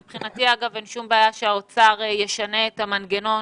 מבחינתי, אין שום בעיה שהאוצר ישנה את המנגנון